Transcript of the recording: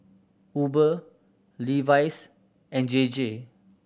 Uber Levi's and J J